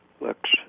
looks